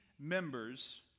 members